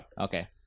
Okay